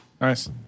Nice